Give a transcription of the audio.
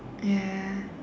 ya